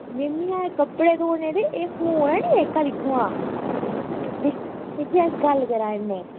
में बी ऐहीं कपड़े धोने ते एह् जेह्का फोन ऐ ना जेह्के अस गल्ल करा नै